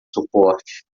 suporte